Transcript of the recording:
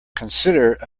consider